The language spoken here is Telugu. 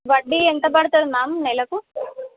వడ్డీ ఎంత పడుతుంది మ్యామ్ నెలకు